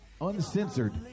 uncensored